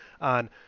on